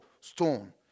stone